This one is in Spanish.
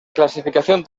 clasificación